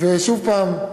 שוב הפעם,